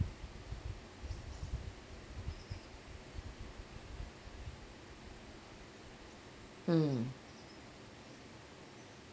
hmm